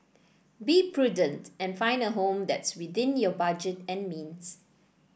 be prudent and find a home that's within your budget and means